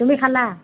তুমি খালা